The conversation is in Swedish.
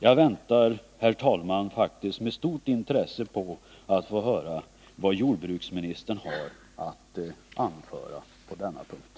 Jag väntar, herr talman, faktiskt med stort intresse på att få höra vad jordbruksministern har att anföra på denna punkt.